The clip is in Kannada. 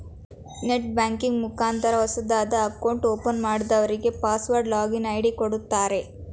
ನೆಟ್ ಬ್ಯಾಂಕಿಂಗ್ ಮುಖಾಂತರ ಹೊಸದಾಗಿ ಅಕೌಂಟ್ ಓಪನ್ ಮಾಡದವ್ರಗೆ ಪಾಸ್ವರ್ಡ್ ಲಾಗಿನ್ ಐ.ಡಿ ಕೊಡುತ್ತಾರೆ